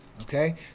Okay